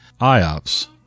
IOPS